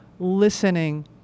listening